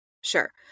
sure